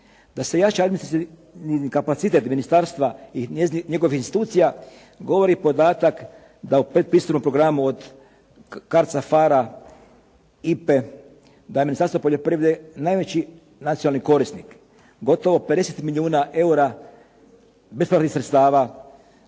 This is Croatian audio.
da se jača administrativni kapacitet ministarstva i njegovih institucija, govori podatak da u pretpristupnom programu od CARDS-a, PHARE-a, IPA-e, da je Ministarstvo poljoprivrede najveći nacionalni korisnik. Gotovo 50 milijuna eura besplatnih sredstava